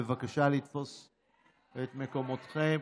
בבקשה, לתפוס את מקומותיכם.